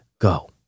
go